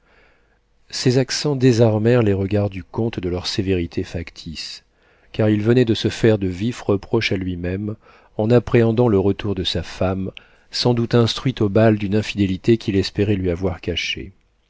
ces accents désarmèrent les regards du comte de leur sévérité factice car il venait de se faire de vifs reproches à lui-même en appréhendant le retour de sa femme sans doute instruite au bal d'une infidélité qu'il espérait lui avoir cachée